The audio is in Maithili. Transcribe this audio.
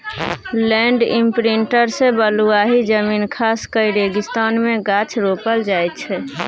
लैंड इमप्रिंटर सँ बलुआही जमीन खास कए रेगिस्तान मे गाछ रोपल जाइ छै